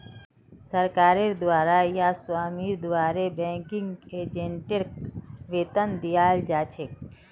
सरकारेर द्वारे या स्वामीर द्वारे बैंकिंग एजेंटक वेतन दियाल जा छेक